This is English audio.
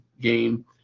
game